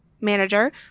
manager